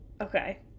Okay